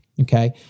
okay